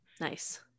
Nice